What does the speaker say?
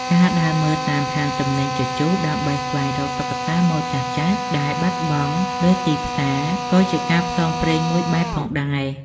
ការដើរមើលតាមហាងទំនិញជជុះ ដើម្បីស្វែងរកតុក្កតាម៉ូដចាស់ៗដែលបាត់បង់លើទីផ្សារ ក៏ជាការផ្សងព្រេងមួយបែបផងដែរ។